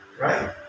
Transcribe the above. right